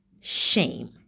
shame